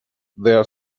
their